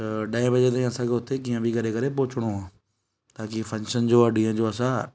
त अढाई वजे ताईं असांखे हुते कीअं बि करे करे पहुचणो आहे त जी फंक्शन जो आहे ॾींहं जो असां